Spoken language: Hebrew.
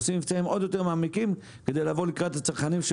עושים מבצעים עוד יותר מעמיקים כדי לבוא לקראת הצרכנים.